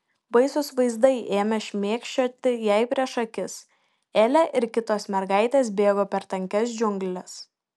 baisūs vaizdai ėmė šmėkščioti jai prieš akis elė ir kitos mergaitės bėgo per tankias džiungles